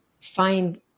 find